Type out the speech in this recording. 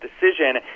decision